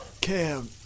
Cam